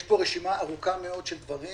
יש פה רשימה ארוכה מאוד של דברים